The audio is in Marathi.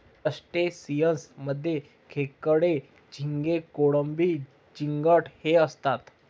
क्रस्टेशियंस मध्ये खेकडे, झिंगे, कोळंबी, चिंगट हे असतात